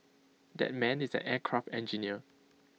that man is an aircraft engineer